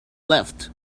left